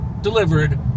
delivered